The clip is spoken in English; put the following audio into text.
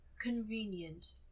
convenient